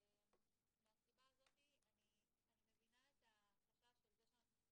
מהסיבה הזאת אני מבינה את החשש מזה שאנחנו